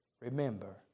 remember